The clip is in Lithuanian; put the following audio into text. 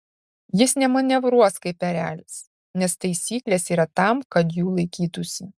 jis nemanevruos kaip erelis nes taisyklės yra tam kad jų laikytųsi